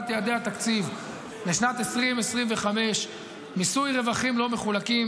יעדי התקציב לשנת 2025) (מיסוי רווחים לא מחולקים),